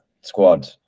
squad